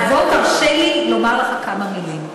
בוא תרשה לי לומר לך כמה מילים.